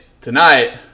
tonight